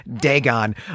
Dagon